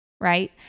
Right